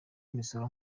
imisoro